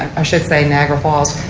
i should say niagra falls,